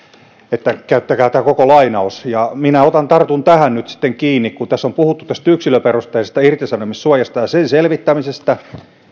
että käyttäkää tämä koko lainaus minä tartun tähän nyt sitten kiinni kun tässä on puhuttu yksilöperusteisesta irtisanomissuojasta ja sen selvittämisestä